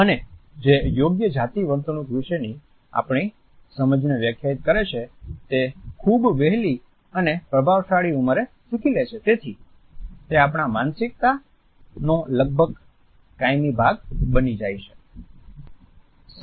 અને જે યોગ્ય જાતિ વર્તણૂક વિશેની આપણી સમજને વ્યાખ્યાયિત કરે છે તે ખૂબ વહેલી અને પ્રભાવશાળી ઉંમરે શીખી લે છે તેથી તે આપણા માનસિકતાનો લગભગ કાયમી ભાગ બની જાય છે